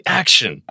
action